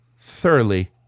thoroughly